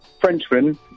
Frenchman